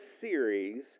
series